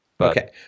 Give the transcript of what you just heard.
Okay